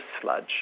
sludge